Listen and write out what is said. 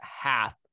half